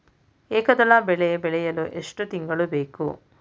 ಏಕದಳ ಬೆಳೆ ಬೆಳೆಯಲು ಎಷ್ಟು ತಿಂಗಳು ಬೇಕು?